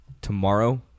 tomorrow